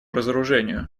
разоружению